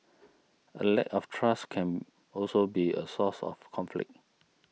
a lack of trust can also be a source of conflict